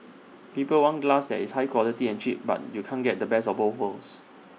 people want glass that is high quality and cheap but you can't get the best of both worlds